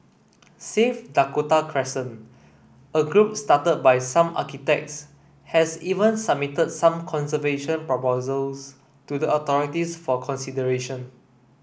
save Dakota Crescent a group started by some architects has even submitted some conservation proposals to the authorities for consideration